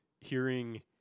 hearing